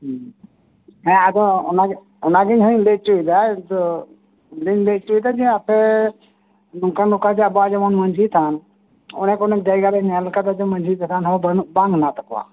ᱦᱮᱸᱻ ᱦᱮᱸ ᱟᱫᱚ ᱚᱱᱟᱜᱮ ᱚᱱᱟᱜᱮ ᱤᱧ ᱦᱚᱸᱧ ᱞᱟᱹᱭ ᱪᱚᱭ ᱫᱟ ᱛᱚ ᱤᱧᱤᱧ ᱞᱟᱹᱭ ᱪᱚᱭ ᱫᱟ ᱡᱮ ᱟᱯᱮ ᱱᱚᱝᱠᱟ ᱱᱚᱝᱠᱟ ᱟᱵᱚᱣᱟᱜ ᱡᱮᱢᱚᱱ ᱟᱵᱚᱣᱟᱜ ᱢᱟᱡᱷᱤ ᱛᱷᱟᱱ ᱚᱱᱮᱠ ᱚᱱᱮᱠ ᱡᱟᱭᱜᱟ ᱨᱮᱧ ᱧᱮᱞ ᱠᱟᱫᱟ ᱢᱟᱡᱷᱤ ᱛᱷᱟᱱ ᱦᱚᱸ ᱵᱟᱱᱩᱜ ᱵᱟᱝ ᱦᱮᱱᱟᱜ ᱛᱟᱠᱚᱣᱟ